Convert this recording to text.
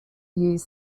use